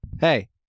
Hey